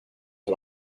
had